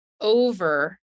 over